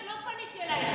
לא פניתי אלייך.